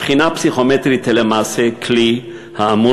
הבחינה הפסיכומטרית היא למעשה כלי האמור